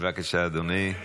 בבקשה אדוני.